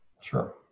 Sure